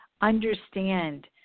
Understand